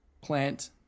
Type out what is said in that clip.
plant